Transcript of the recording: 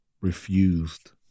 refused